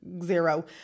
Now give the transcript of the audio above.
zero